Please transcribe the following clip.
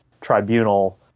tribunal